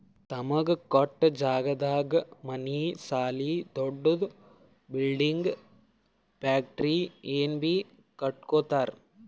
ತಮಗ ಕೊಟ್ಟ್ ಜಾಗದಾಗ್ ಮನಿ ಸಾಲಿ ದೊಡ್ದು ಬಿಲ್ಡಿಂಗ್ ಫ್ಯಾಕ್ಟರಿ ಏನ್ ಬೀ ಕಟ್ಟಕೊತ್ತರ್